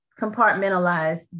compartmentalized